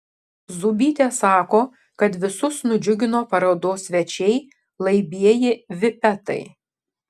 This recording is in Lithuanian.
zūbytė sako kad visus nudžiugino parodos svečiai laibieji vipetai